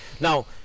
now